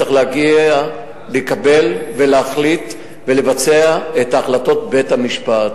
צריך לקבל, להחליט ולבצע את החלטות בית-המשפט.